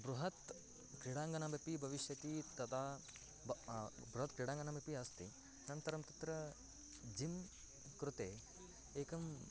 बृहत् क्रीडाङ्गनमपि भविष्यति तदा ब बृहत् क्रीडाङ्गनमपि अस्ति अनन्तरं तत्र जिम् कृते एकं